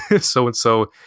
so-and-so